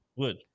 good